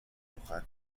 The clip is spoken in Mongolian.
тухай